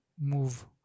move